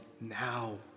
now